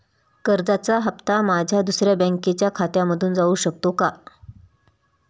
कर्जाचा हप्ता माझ्या दुसऱ्या बँकेच्या खात्यामधून जाऊ शकतो का?